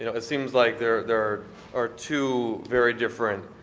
you know it seems like there there are two very different